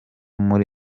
muri